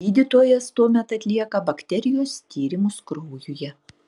gydytojas tuomet atlieka bakterijos tyrimus kraujuje